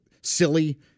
silly